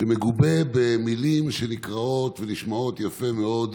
שמגובה במילים שנקראות ונשמעות יפה מאוד,